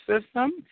system